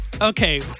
Okay